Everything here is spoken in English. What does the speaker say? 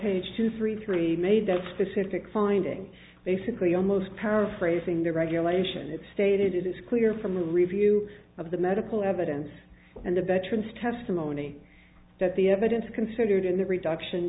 stage two three three made that specific finding basically almost paraphrasing the regulation it stated it is clear from the review of the medical evidence and the veterans testimony that the evidence considered in the reduction